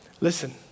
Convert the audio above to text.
Listen